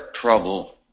trouble